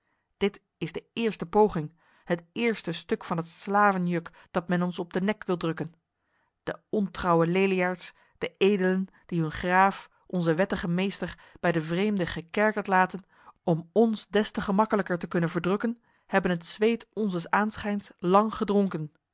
dit is de eerste poging het eerste stuk van het slavenjuk dat men ons op de nek wil drukken de ontrouwe leliaards de edelen die hun graaf onze wettige meester bij de vreemde gekerkerd laten om ons des te gemakkelijker te kunnen verdrukken hebben het zweet onzes aanschijns lang gedronken